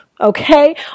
okay